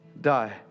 die